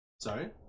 sorry